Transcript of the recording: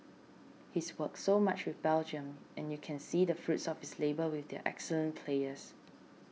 he's worked so much with Belgium and you can see the fruits of his labour with their excellent players